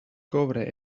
kobre